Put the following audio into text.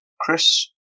Chris